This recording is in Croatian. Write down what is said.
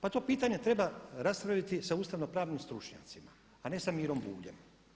Pa to pitanje treba raspraviti sa ustavno-pravnim stručnjacima, a ne sa Mirom Buljem.